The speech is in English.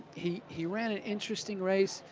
he he ran an interesting race,